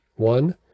One